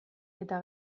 eta